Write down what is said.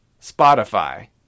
Spotify